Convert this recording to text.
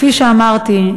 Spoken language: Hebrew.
כפי שאמרתי,